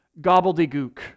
gobbledygook